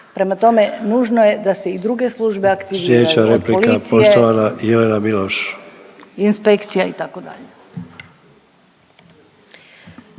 tome nužno je da se i druge službe aktiviraju od policije, inspekcija itd..